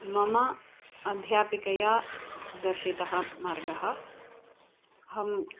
मम अध्यापिकया दर्शितः मार्गः अहम्